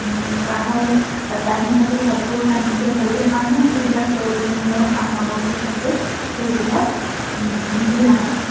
কাঁহৰ কাহী বাতি কাপোৰ কানিকে ধৰি আন আন যিবিলাক প্ৰয়োজনীয় সা সামগ্ৰী থাকে সেইবিলাক দিয়া হয়